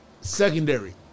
secondary